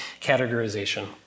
categorization